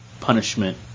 punishment